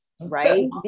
right